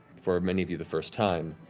for many of you the first time,